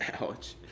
Ouch